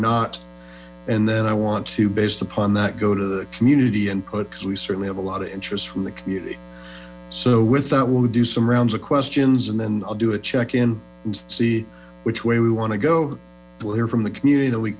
not and then i want to based upon that go to the community input because we certainly have a lot of interest from the community so with that we'll do some rounds of questions and then i'll do a check in and see which way we want to go we'll hear from the community that we